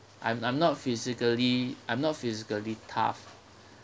I'm I'm not physically I'm not physically tough